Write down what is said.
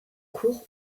cours